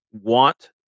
want